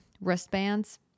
wristbands